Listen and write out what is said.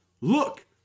look